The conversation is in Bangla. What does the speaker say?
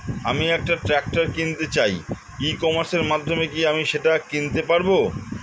আমি একটা ট্রাক্টর কিনতে চাই ই কমার্সের মাধ্যমে কি আমি সেটা কিনতে পারব?